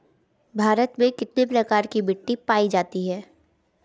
भारत में कितने प्रकार की मिट्टी पाई जाती है?